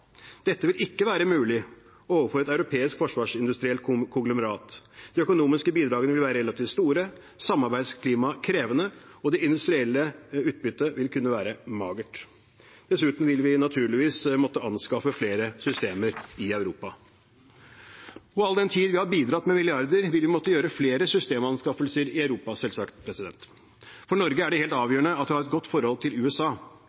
Dette vil ikke være mulig overfor et europeisk forsvarsindustrielt konglomerat. De økonomiske bidragene vil være relativt store, samarbeidsklimaet krevende og det industrielle utbyttet magert. Dessuten vil vi naturligvis måtte anskaffe flere systemer i Europa. Og all den tid vi har bidratt med milliarder, vil vi selvsagt måtte gjøre flere systemanskaffelser i Europa. For Norge er det helt avgjørende at vi har et godt forhold til USA.